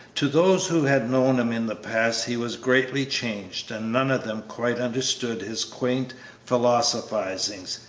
to those who had known him in the past he was greatly changed, and none of them quite understood his quaint philosophizings,